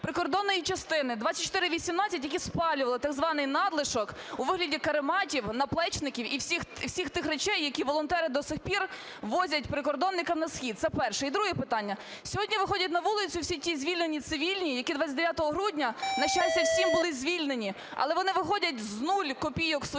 прикордонної частини 2418, які спалювали так званий надлишок у вигляді карематів, наплічників і всіх тих речей, які волонтери до сих пір возять прикордонникам на схід. Це перше. І друге питання. Сьогодні виходять на вулицю всі ті звільнені цивільні, які 29 грудні, на щастя всім, були звільнені, але вони виходять з нуль копійок у своїх